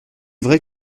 vrai